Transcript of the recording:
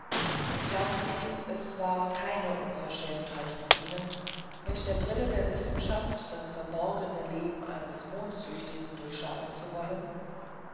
glauben sie es war keine unverschämtheit von ihnen mit der brille der wissenschaft das verborgene leben eines mondsüchtigen durchschauen zu wollen